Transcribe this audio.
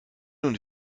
und